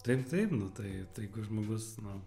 taip taip nu tai tai jeigu žmogus nu